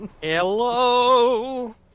Hello